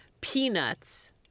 peanuts